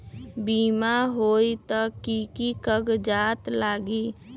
बिमा होई त कि की कागज़ात लगी?